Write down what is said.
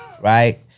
right